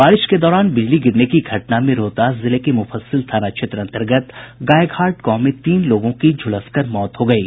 बारिश के दौरान बिजली गिरने की घटना में रोहतास जिले के मुफस्सिल थाना क्षेत्र अंतर्गत गायघाट गांव में तीन लोगों की झुलसकर मौत हो गयी